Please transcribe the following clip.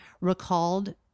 recalled